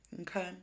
Okay